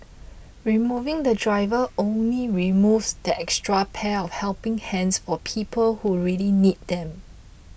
removing the driver only removes that extra pair of helping hands for people who really need them